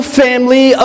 family